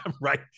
right